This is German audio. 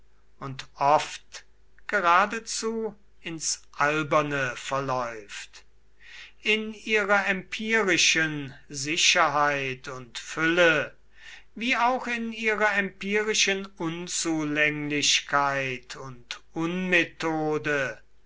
und oft geradezu ins alberne verläuft in ihrer empirischen sicherheit und fülle wie auch in ihrer empirischen unzulänglichkeit und